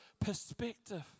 perspective